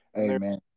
Amen